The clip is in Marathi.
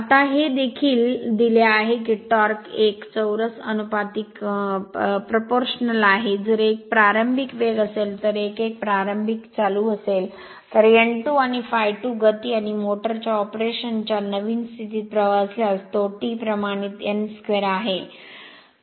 आता हे देखील दिले आहे की टॉर्क 1 चौरस अनुपातिक आहे जर 1 प्रारंभिक वेग असेल तर 1 1 प्रारंभिक चालू असेल तर n2 आणि ∅2 गती आणि मोटर च्या ऑपरेशन च्या नवीन स्थितीत प्रवाह असल्यास तो T प्रमाणित n स्क्वेअर आहे